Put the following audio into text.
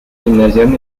gymnasium